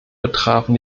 betrafen